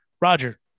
Roger